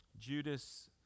Judas